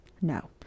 No